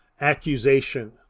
accusation